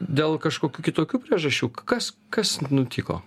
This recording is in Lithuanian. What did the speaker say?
dėl kažkokių kitokių priežasčių k kas kas nutiko